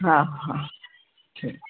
हा हा